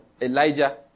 Elijah